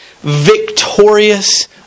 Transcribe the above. Victorious